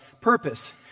purpose